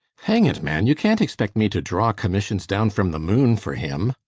hang it, man, you can't expect me to drag commissions down from the moon for him!